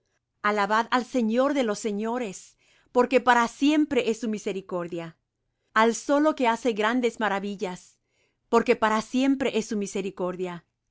alabad al señor de los señores porque para siempre es su misericordia al solo que hace grandes maravillas porque para siempre es su misericordia